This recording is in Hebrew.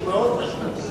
שהוא מאוד חשוב,